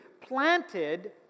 planted